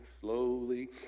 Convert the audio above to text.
slowly